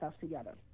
together